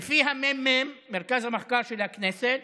ולפי הממ"מ, מרכז המחקר של הכנסת,